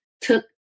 took